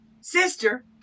Sister